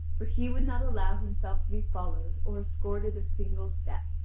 but he would not allow himself to be followed or escorted a single step,